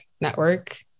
network